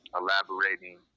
elaborating